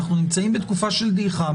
אנחנו נמצאים בתקופה של דעיכה,